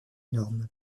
énorme